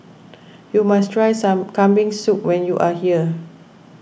you must try some Kambing Soup when you are here